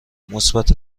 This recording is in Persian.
مثبت